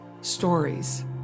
stories